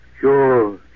Sure